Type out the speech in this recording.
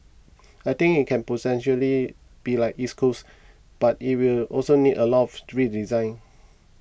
I think it can potentially be like East Coast but it will also need a lot of redesign